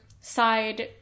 side